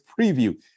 preview